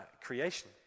Creation